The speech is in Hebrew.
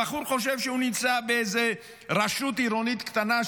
הבחור חושב שהוא נמצא באיזו רשות עירונית קטנה,